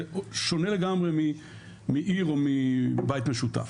זה שונה לגמרי מעיר או מבית משותף.